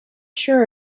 sure